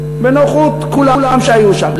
בנוכחות כל מי שהיה שם.